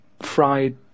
fried